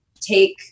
take